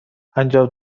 انجام